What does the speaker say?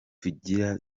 tugira